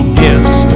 gifts